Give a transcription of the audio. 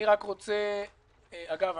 שגית